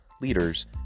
leaders